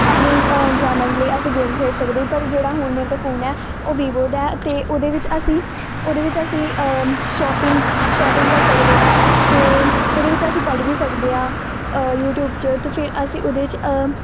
ਆਪਣੀ ਇੰਜੋਮੈਂਟ ਲਈ ਅਸੀਂ ਗੇਮ ਖੇਡ ਸਕਦੇ ਪਰ ਜਿਹੜਾ ਹੁਣ ਮੇਰੇ ਕੋਲ ਫੋਨ ਹੈ ਉਹ ਵੀਵੋ ਦਾ ਅਤੇ ਉਹਦੇ ਵਿੱਚ ਅਸੀਂ ਉਹਦੇ ਵਿੱਚ ਅਸੀਂ ਸ਼ੋਪਿੰਗ ਸ਼ੋਪਿੰਗ ਕਰ ਸਕਦੇ ਹਾਂ ਅਤੇ ਉਹਦੇ ਵਿੱਚ ਅਸੀਂ ਪੜ੍ਹ ਵੀ ਸਕਦੇ ਹਾਂ ਯੂਟੀਊਬ 'ਚ ਅਤੇ ਫਿਰ ਅਸੀਂ ਉਹਦੇ 'ਚ